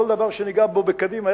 כל דבר שנגיע בו בקדימה,